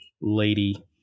lady